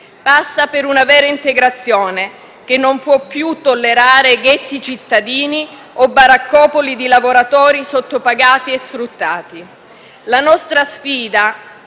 passa per una vera integrazione, che non può più tollerare ghetti cittadini o baraccopoli di lavoratori sottopagati e sfruttati.